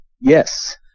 Yes